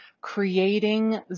creating